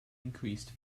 increased